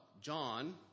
John